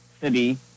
City